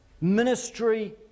Ministry